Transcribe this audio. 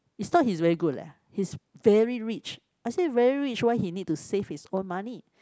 is not he's very good leh he's very rich I say very rich why he need to save his own money